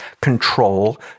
control